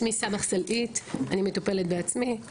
אני מטופלת בעצמי,